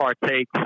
partake